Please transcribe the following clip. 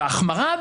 ההחמרה,